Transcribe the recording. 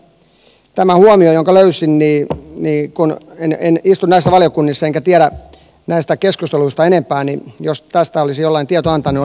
siinä mielessä jos tästä huomiosta jonka löysin kun en istu näissä valiokunnissa enkä tiedä näistä keskusteluista enempää olisi jollain tietoa antaa niin olisin kiitollinen